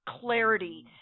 clarity